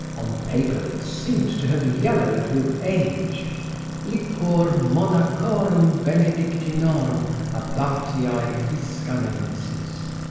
on paper that seemed to have yellowed with age liquor monachorum benedictinorum abbatiae fiscannensis.